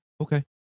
Okay